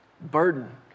burden